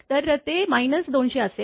तर ते 200 असेल